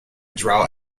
drought